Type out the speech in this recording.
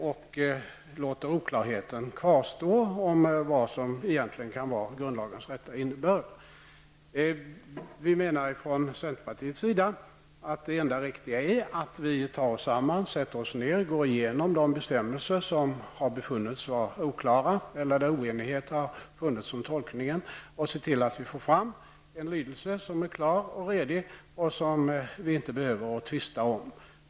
Man låter oklarheter om vad som egentligen kan vara grundlagens rätta innebörd kvarstå. Det enda riktiga är att vi tar oss samman, sätter oss ned och går igenom de bestämmelser som har befunnits vara oklara eller där oenighet har rått om tolkningen och ser till att vi får fram en lydelse som är klar och redig och som vi inte behöver tvista om.